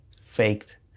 faked